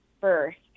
first